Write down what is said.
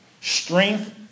Strength